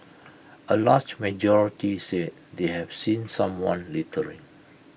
A large majority said they have seen someone littering